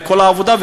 וכל העבודה,